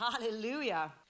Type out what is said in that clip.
Hallelujah